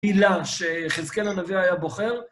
הילה שיחזקאל הנביא היה בוחר.